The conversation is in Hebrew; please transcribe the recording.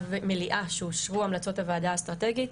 מליאה שאושרו המלצות הוועדה האסטרטגית.